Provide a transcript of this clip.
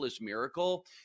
miracle